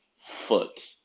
Foot